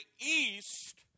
east